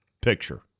picture